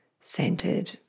centered